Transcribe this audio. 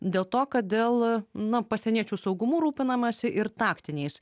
dėl to kad dėl na pasieniečių saugumu rūpinamasi ir taktiniais